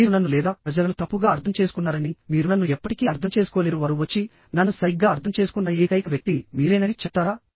మీరు నన్ను లేదా ప్రజలను తప్పుగా అర్థం చేసుకున్నారని మీరు నన్ను ఎప్పటికీ అర్థం చేసుకోలేరు వారు వచ్చి నన్ను సరిగ్గా అర్థం చేసుకున్న ఏకైక వ్యక్తి మీరేనని చెప్తారా